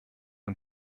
und